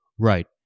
Right